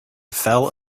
fell